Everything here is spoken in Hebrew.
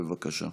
בבקשה.